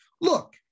look